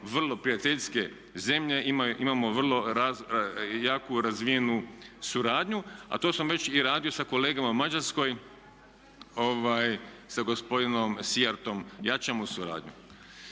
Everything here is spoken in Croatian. vrlo prijateljske zemlje. Imamo vrlo jaku razvijenu suradnju, a to sam već i radio sa kolegama u Mađarskoj sa gospodinom Siertom jačamo suradnju.